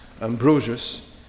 Ambrosius